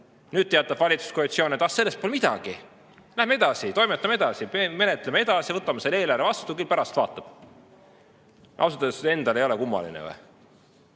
teatab valitsuskoalitsioon, et ah, sellest pole midagi, lähme edasi, toimetame edasi, menetleme edasi, võtame selle eelarve vastu, küll pärast vaatame. Ausalt öeldes, endal ei ole kummaline või?